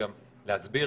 גם להסביר.